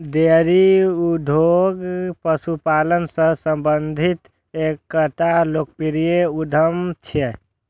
dairy उद्योग पशुपालन सं संबंधित एकटा लोकप्रिय उद्यम छियै